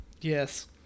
Yes